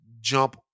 jump